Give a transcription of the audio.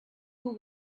who